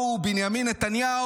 עשה שימוש בנשק בלתי חוקי,